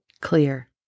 clear